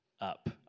up